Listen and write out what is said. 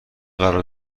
قرار